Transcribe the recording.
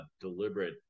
deliberate